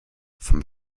vom